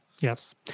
Yes